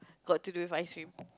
got to do with ice cream